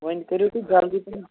وۅنۍ کٔرِو تُہۍ جلدی پَہَم